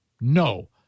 no